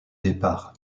départ